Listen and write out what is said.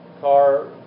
car